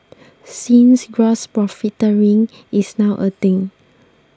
since gross profiteering is now a thing